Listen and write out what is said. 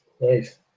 Nice